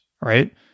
Right